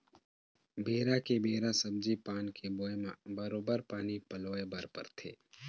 बेरा के बेरा सब्जी पान के बोए म बरोबर पानी पलोय बर परथे